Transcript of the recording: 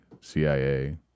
CIA